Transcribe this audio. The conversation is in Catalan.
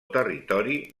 territori